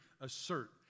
assert